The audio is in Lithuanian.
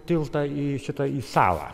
tiltą į šitą į salą